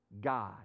God